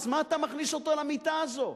אז מה אתה מכניס אותו למיטה הזאת?